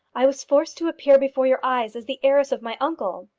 i was forced to appear before your eyes as the heiress of my uncle.